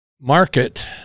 market